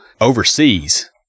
overseas